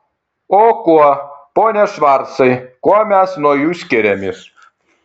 o kuo pone švarcai kuo mes nuo jų skiriamės